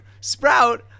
sprout